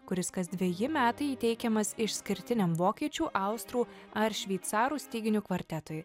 kuris kas dveji metai įteikiamas išskirtiniam vokiečių austrų ar šveicarų styginių kvartetui